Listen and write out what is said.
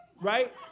right